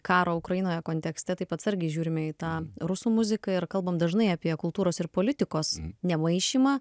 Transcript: karo ukrainoje kontekste taip atsargiai žiūrime į tą rusų muziką ir kalbam dažnai apie kultūros ir politikos nemaišymą